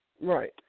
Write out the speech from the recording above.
Right